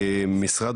יחיאל